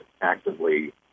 actively